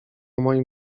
moim